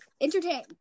Entertain